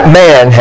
man